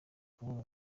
kubona